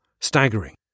staggering